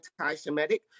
anti-Semitic